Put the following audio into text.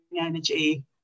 energy